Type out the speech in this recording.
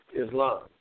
Islam